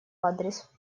адрес